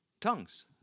tongues